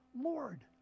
Lord